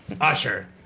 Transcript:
Usher